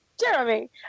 Jeremy